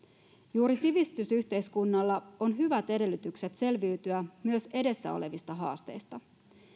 juuri sivistysyhteiskunnalla on hyvät edellytykset selviytyä myös edessä olevista haasteista